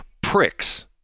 Pricks